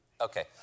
Okay